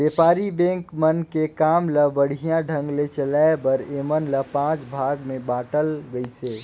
बेपारी बेंक मन के काम ल बड़िहा ढंग ले चलाये बर ऐमन ल पांच भाग मे बांटल गइसे